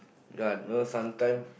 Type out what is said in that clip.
got no sometime